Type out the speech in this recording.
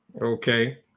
okay